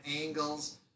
angles